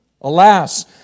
Alas